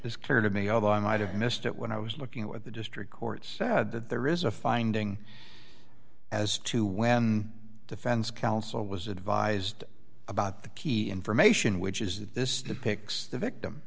as clear to me although i might have missed it when i was looking at the district court said that there is a finding as to when defense counsel was advised about the key information which is that this depicts the victim